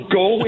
go